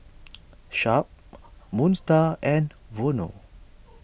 Sharp Moon Star and Vono